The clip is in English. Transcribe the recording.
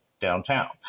downtown